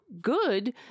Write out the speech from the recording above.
good